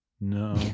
No